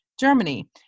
Germany